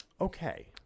Okay